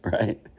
right